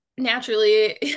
naturally